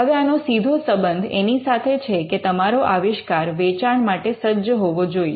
હવે આનો સીધો સંબંધ એની સાથે છે કે તમારો આવિષ્કાર વેચાણ માટે સજ્જ હોવો જોઈએ